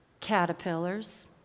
Caterpillars